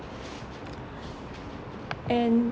and